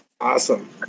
Awesome